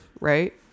right